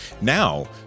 now